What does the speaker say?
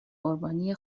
قربانی